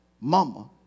mama